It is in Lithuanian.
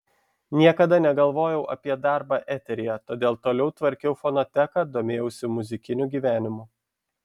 niekada negalvojau apie darbą eteryje todėl toliau tvarkiau fonoteką domėjausi muzikiniu gyvenimu